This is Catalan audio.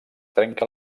trenca